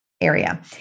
area